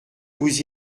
vous